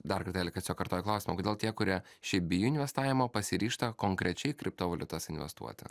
dar kartelį tiesiog kartoju klausimą kodėl tie kurie šiaip bijo investavimo pasiryžta konkrečiai į kriptovaliutas investuoti